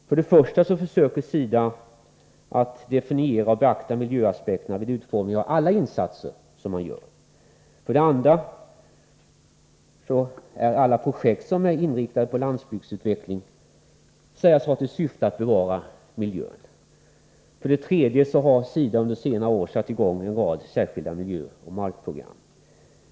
För det första försöker SIDA definiera och beakta miljöaspekter vid utformningen av alla insatser. För det andra kan alla projekt som är inriktade på landsbygdsutveckling sägas ha till syfte att bevara miljön. För det tredje har SIDA under senare år satt i gång en rad särskilda miljöoch markprogram.